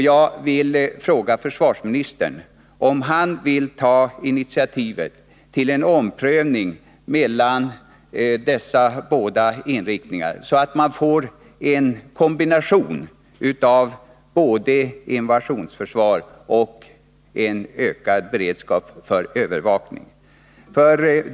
Jag vill fråga försvarsministern om han vill ta initiativet till en omprövning mellan dessa båda inriktningar, så att vi får en kombination av stärkt invasionsförsvar och ökad beredskap för övervakning.